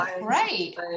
Great